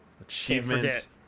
Achievements